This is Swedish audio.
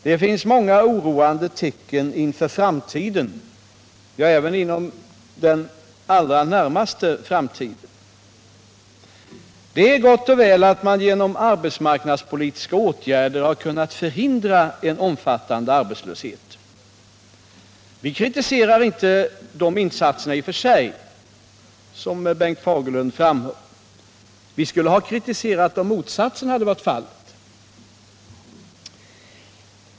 Det finns många oroande tecken inför framtiden — ja, även för den allra närmaste framtiden. Det är gott och väl att man genom arbetsmarknadspolitiska åtgärder har kunnat förhindra en omfattande arbetslöshet. Vi kritiserar inte dessa insatser i och för sig, vilket Bengt Fagerlund framhöll. Vi skulle ha kritiserat om sådana insatser inte hade gjorts.